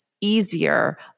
easier